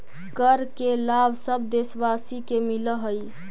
कर के लाभ सब देशवासी के मिलऽ हइ